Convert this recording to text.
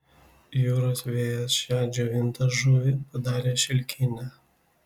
jūros vėjas šią džiovintą žuvį padarė šilkinę